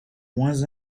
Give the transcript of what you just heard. moins